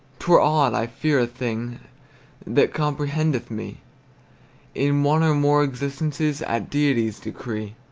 t were odd i fear a thing that comprehendeth me in one or more existences at deity's decree.